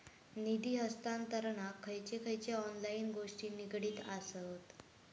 निधी हस्तांतरणाक खयचे खयचे ऑनलाइन गोष्टी निगडीत आसत?